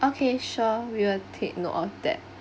okay sure we will take note of that